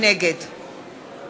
נגד